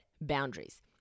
boundaries